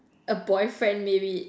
a boyfriend maybe